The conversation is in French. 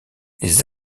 les